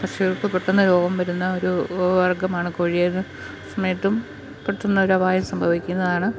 പക്ഷികൾക്ക് പെട്ടെന്ന് രോഗം വരുന്ന ഒരു വർഗമാണ് കോഴികള് സമയത്തും പെട്ടെന്നൊരു അപായം സംഭവിക്കുന്നതാണ്